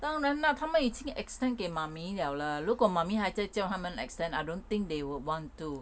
当然 lah 他们已经 extend 给了 le 如果 mummy 还在叫他们 extend I don't think they would want to